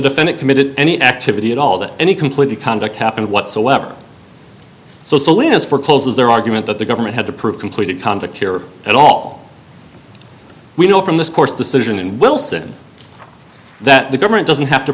defendant committed any activity at all that any completely conduct happened whatsoever so selena's forecloses their argument that the government had to prove completed conduct here at all we know from this court's decision and will said that the government doesn't have to